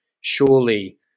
Surely